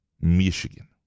Michigan